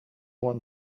won